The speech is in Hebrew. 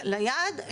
ליעד?